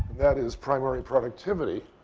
that is primary productivity.